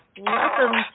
Welcome